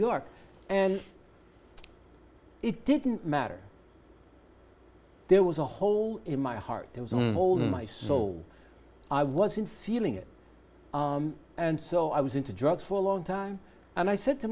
york and it didn't matter there was a hole in my heart there was a hole in my soul i wasn't feeling it and so i was into drugs for a long time and i said to